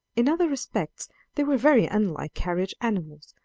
in other respects they were very unlike carriage animals,